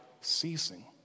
ceasing